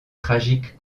tragiques